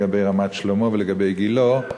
לגבי רמת-שלמה ולגבי גילה.